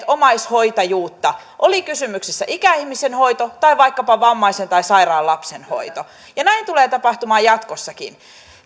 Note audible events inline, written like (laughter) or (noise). (unintelligible) omaishoitajuutta oli sitten kysymyksessä ikäihmisen hoito tai vaikkapa vammaisen tai sairaan lapsen hoito ja näin tulee tapahtumaan jatkossakin